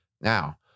Now